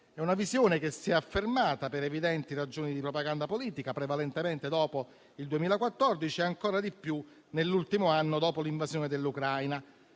È una visione che si è affermata per evidenti ragioni di propaganda politica, prevalentemente dopo il 2014 e ancora di più nell'ultimo anno, dopo l'invasione dell'Ucraina;